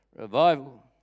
Revival